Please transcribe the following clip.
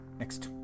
next